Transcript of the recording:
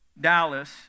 Dallas